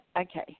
Okay